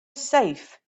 safe